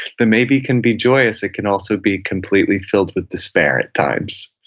the maybe can be joyous. it can also be completely filled with despair at times.